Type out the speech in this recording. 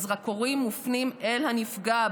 הזרקורים מופנים אל הנפגע,